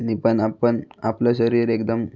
ने पण आपण आपलं शरीर एकदम